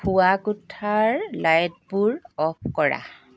শোৱাকোঠাৰ লাইটবোৰ অফ কৰা